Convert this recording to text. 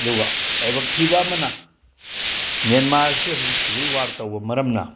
ꯑꯗꯨꯒ ꯂꯥꯏꯕꯛ ꯊꯤꯕ ꯑꯃꯅ ꯃꯦꯟꯃꯥꯔꯁꯦ ꯍꯧꯖꯤꯛ ꯁꯤꯕꯤꯜ ꯋꯥꯔ ꯇꯧꯕ ꯃꯔꯝꯅ